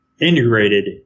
integrated